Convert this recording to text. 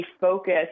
focus